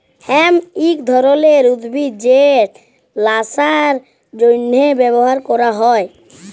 hemp ইক ধরলের উদ্ভিদ যেট ল্যাশার জ্যনহে ব্যাভার ক্যরা হ্যয়